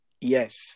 Yes